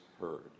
heard